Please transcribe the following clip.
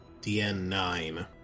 DN9